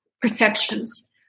perceptions